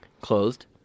closed